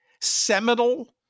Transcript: seminal